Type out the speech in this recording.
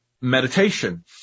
meditation